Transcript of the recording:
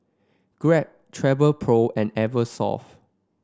Grab Travelpro and Eversoft